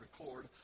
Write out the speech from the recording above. record